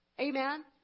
Amen